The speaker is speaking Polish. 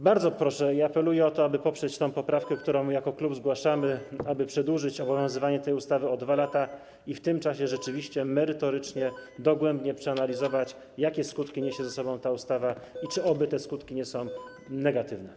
Bardzo proszę i apeluję o to, aby poprzeć tę poprawkę, którą jako klub zgłaszamy, aby przedłużyć obowiązywanie tej ustawy o 2 lata i w tym czasie rzeczywiście merytorycznie, dogłębnie przeanalizować, jakie skutki niesie ze sobą ta ustawa i czy oby te skutki nie są negatywne.